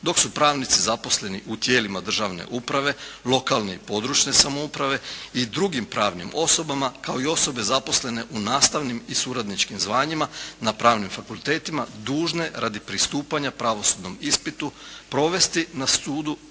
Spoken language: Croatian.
dok su pravnici zaposleni u tijelima državne uprave, lokalne i područne samouprave i drugim pravnim osobama kao i osobe zaposlene u nastavnim i suradničkim zvanjima na pravnim fakultetima dužne radi pristupanja pravosudnom ispitu provesti na sudu